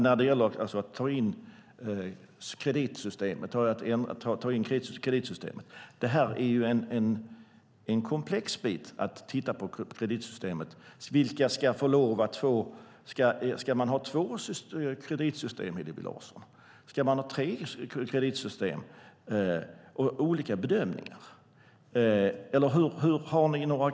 När det gäller att titta på kreditsystemet är det en komplex fråga. Ska man ha två kreditsystem, Hillevi Larsson? Ska man ha tre kreditsystem och göra olika bedömningar? Har ni några konkreta förslag?